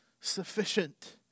sufficient